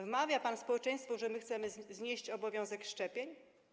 Wmawia pan społeczeństwu, że chcemy znieść obowiązek szczepień?